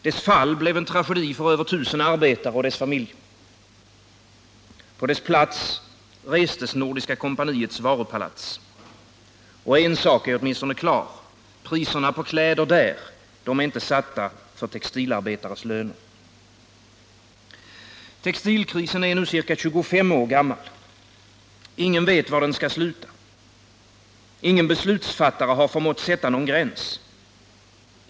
Dess fall blev en tragedi för över tusen arbetare och deras familjer. På dess plats restes Nordiska Kompaniets varupalats. Och en sak är klar — priserna på kläder där är inte satta för textilarbetares löner. Textilkrisen är nu ca 25 år gammal. Ingen vet var den skall sluta. Ingen beslutsfattare har förmått sätta någon gräns.